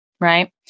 Right